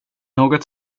något